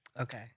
Okay